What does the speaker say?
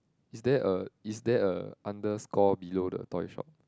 is there a is there a underscore below the toy shop